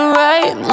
right